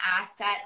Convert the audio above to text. asset